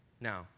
Now